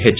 H